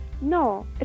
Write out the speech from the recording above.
No